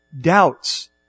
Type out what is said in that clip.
doubts